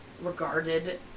regarded